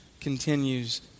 continues